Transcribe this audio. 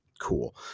cool